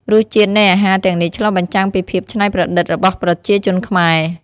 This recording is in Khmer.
រសជាតិនៃអាហារទាំងនេះឆ្លុះបញ្ចាំងពីភាពឆ្នៃប្រឌិតរបស់ប្រជាជនខ្មែរ។